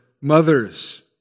mothers